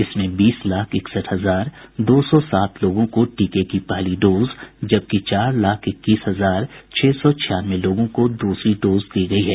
इसमें बीस लाख इकसठ हजार दो सौ सात लोगों को टीके की पहली डोज जबकि चार लाख इक्कीस हजार छह सौ छियानवे लोगों को द्रसरी डोज दी गयी है